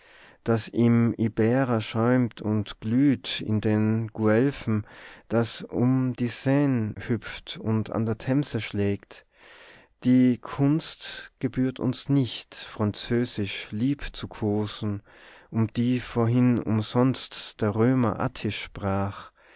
das im iberer schäumt und glüht in den guelphen das um die seine hüpft und an der temse schlägt die kunst gebührt uns nicht französisch liebzukosen um die vorhin umsonst der römer attisch sprach